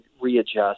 readjust